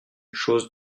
chose